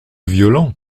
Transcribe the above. violent